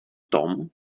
tom